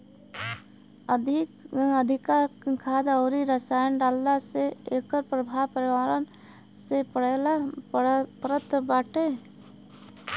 अधिका खाद अउरी रसायन डालला से एकर प्रभाव पर्यावरण पे पड़त बाटे